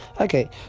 Okay